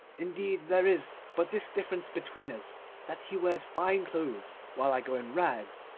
indeed, there is but this difference between us that he wears fine clothes while i go in rags,